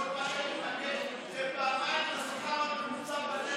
כל מה שאני מבקש זה פעמיים השכר הממוצע במשק.